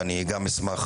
ואני גם אשמח,